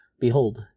Behold